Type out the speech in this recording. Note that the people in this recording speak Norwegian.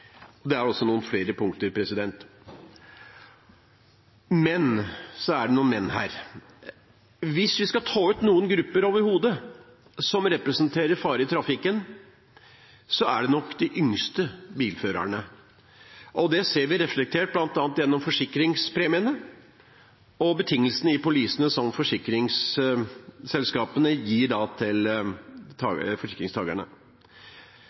Det er også noen flere punkter. Men det er noen «men» her. Hvis vi overhodet skal ta ut noen grupper som representerer en fare i trafikken, er det nok de yngste bilførerne. Det ser vi reflektert bl.a. gjennom forsikringspremiene og betingelsene i polisene som forsikringsselskapene gir til